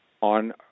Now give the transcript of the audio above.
on